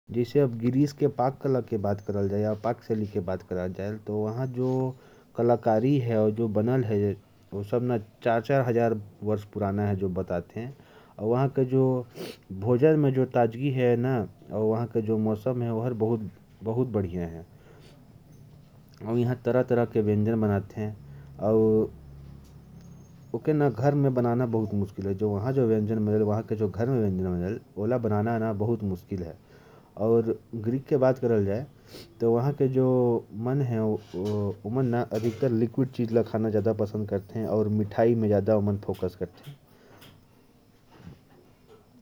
गिरीश अपनी पुरानी कलाकृतियों के लिए बहुत मशहूर है, चार-चार हजार साल पुरानी कला कृतियां और मूर्तियां देखने के लिए मिल जाती हैं। और वहां के भोजन में भी ताजगी है। मौसम भी वहां बहुत बढ़िया है। यहां के व्यंजन घर में बनाना बहुत मुश्किल है। गिरीश को मिठाई और लिक्विड आइटम खाना ज्यादा पसंद है।